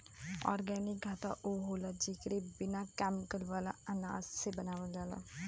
organic खाना उ होला जेके बिना केमिकल वाला अनाज से बनावल जाला